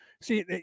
see